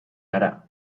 hará